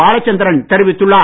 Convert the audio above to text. பாலச்சந்திரன் தெரிவித்துள்ளார்